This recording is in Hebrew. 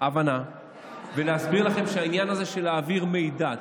הבנה ולהסביר לכם שהעניין הזה של להעביר מידע,